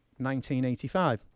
1985